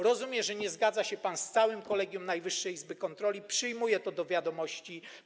Rozumiem, że nie zgadza się pan z całym kolegium Najwyższej Izby Kontroli, przyjmuję to do wiadomości.